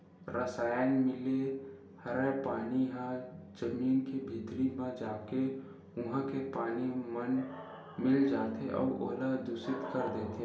रसायन मिले हरय पानी ह जमीन के भीतरी म जाके उहा के पानी म मिल जाथे अउ ओला दुसित कर देथे